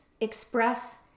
express